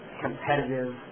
competitive